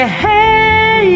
hey